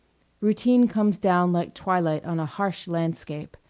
routine comes down like twilight on a harsh landscape,